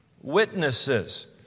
Witnesses